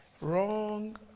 wrong